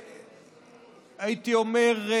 הייתי אומר: